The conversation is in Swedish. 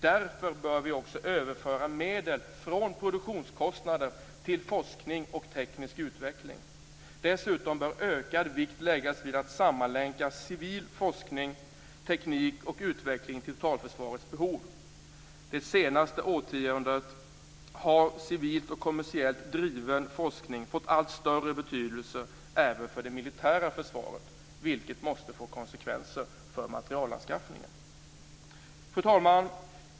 Därför bör vi överföra medel från produktionskostnader till forskning och teknisk utveckling. Dessutom bör ökad vikt läggas vid att sammanlänka civil forskning, teknik och utveckling till totalförsvarets behov. Det senaste årtiondet har civil och kommersiellt driven forskning fått allt större betydelse även för det militära försvaret, vilket måste få konsekvenser för materielanskaffningen. Fru talman!